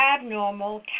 abnormal